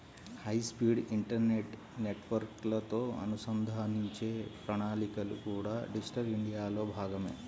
high speed internet నెట్వర్క్లతో అనుసంధానించే ప్రణాళికలు కూడా డిజిటల్ ఇండియాలో భాగమే